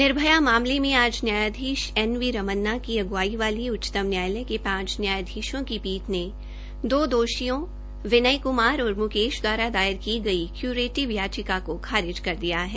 निर्भया मामले में आज न्यायाधीश एन वी रमन्ना की अग्रवाई वाली उच्चतम न्यायालय के पांच न्यायाधीशों की पीठ ने दो दोषियों विनय कुमार और म्केश दवारा दायर की गई क्यूरेटिव याचिका को खरिज कर दिया है